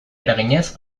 eraginez